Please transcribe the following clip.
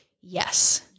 Yes